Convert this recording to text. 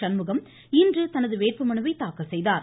சண்முகம் இன்று தனது வேட்புமனுவை தாக்கல் செய்தார்